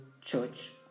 church